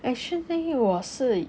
actually 我是